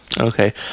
Okay